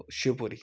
Shivpuri